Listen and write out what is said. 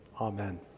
Amen